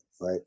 right